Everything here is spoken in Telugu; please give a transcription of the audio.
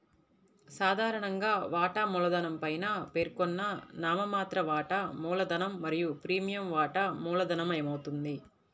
సాధారణంగా, వాటా మూలధనం పైన పేర్కొన్న నామమాత్ర వాటా మూలధనం మరియు ప్రీమియం వాటా మూలధనమవుతుంది